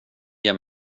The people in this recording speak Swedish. ger